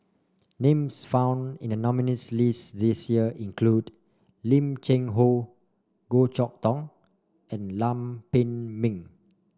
names found in the nominees' list this year include Lim Cheng Hoe Goh Chok Tong and Lam Pin Min